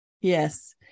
Yes